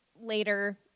later